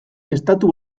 estatu